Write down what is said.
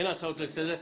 אין הצעות לסדר.